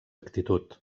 actitud